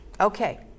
Okay